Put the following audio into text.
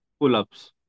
pull-ups